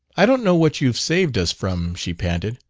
i don't know what you've saved us from, she panted.